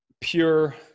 pure